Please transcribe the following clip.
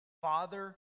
Father